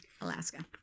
Alaska